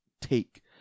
take